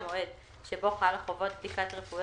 ובהצעת תקנות התעבורה